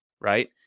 right